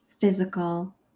physical